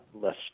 less